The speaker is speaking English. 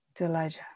Elijah